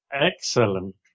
Excellent